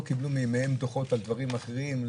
קיבלו מימיהם דוחות על דברים אחרים,